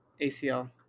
ACL